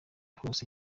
hose